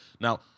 now